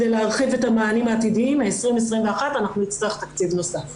כדי להרחיב את המענים העתידיים ב-2021 אנחנו נצטרך תקציב נוסף.